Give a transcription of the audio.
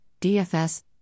DFS